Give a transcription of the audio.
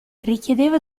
richiedeva